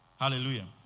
Hallelujah